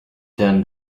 then